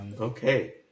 Okay